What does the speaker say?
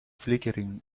flickering